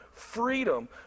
Freedom